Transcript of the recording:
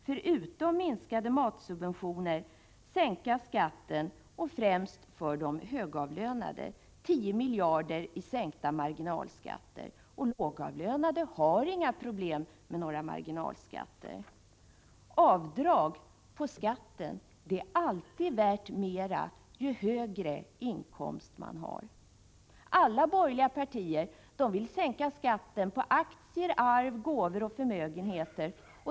Förutom minskade matsubventioner vill moderaterna sänka skatten, främst för de högavlönade — 10 miljarder i sänkta marginalskatter. De lågavlönade har inte några problem med marginalskatter. Ett avdrag på skatten är alltid värt mer ju högre inkomst man har. Alla borgerliga partier vill sänka skatten på aktier, arv, gåvor och förmögenheter.